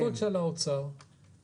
זה החלטות של משרד האוצר.